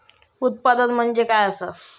उत्पादन म्हणजे काय असा?